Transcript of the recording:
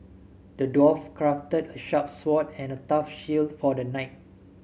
the dwarf crafted a sharp sword and a tough shield for the knight